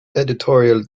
editorial